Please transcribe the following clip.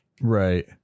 Right